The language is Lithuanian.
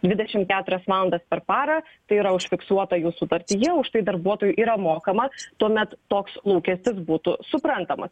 dvidešim keturias valandas per parą tai yra užfiksuota jų sutartyje už tai darbuotojui yra mokama tuomet toks lūkestis būtų suprantamas